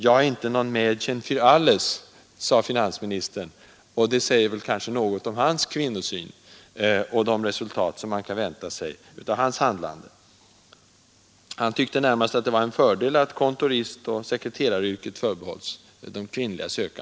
Jag är ingen ”Mädchen fär alles”, sade finansministern. Det säger kanske något om hans kvinnosyn och om de resultat man kan vänta sig av hans handlande. Han tyckte närmast att det var en fördel att kontoristoch sekreteraryrket förbehölls kvinnor.